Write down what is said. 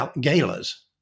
galas